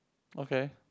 okay